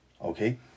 Okay